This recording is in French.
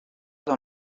dans